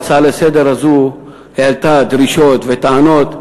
ההצעה הזו לסדר-היום העלתה דרישות וטענות.